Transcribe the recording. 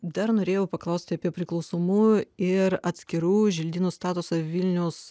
dar norėjau paklausti apie priklausomųjų ir atskirų želdynų statusą vilniaus